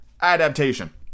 adaptation